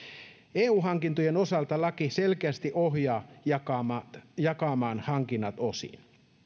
eu hankintojen osalta laki selkeästi ohjaa jakamaan jakamaan hankinnat osiin